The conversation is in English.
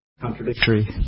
contradictory